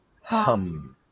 hum